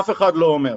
אף אחד לא אומר.